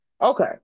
Okay